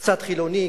קצת חילוני,